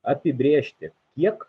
apibrėžti kiek